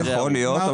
יכול להיות.